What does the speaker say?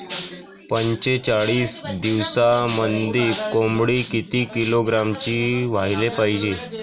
पंचेचाळीस दिवसामंदी कोंबडी किती किलोग्रॅमची व्हायले पाहीजे?